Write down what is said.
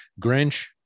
grinch